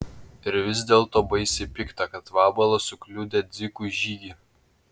ir vis dėlto baisiai pikta kad vabalas sukliudė dzikui žygį